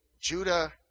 Judah